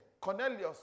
Cornelius